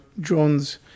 drones